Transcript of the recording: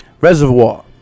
Reservoir